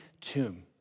tomb